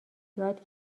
یاد